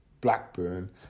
Blackburn